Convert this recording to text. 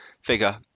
figure